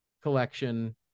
collection